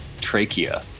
trachea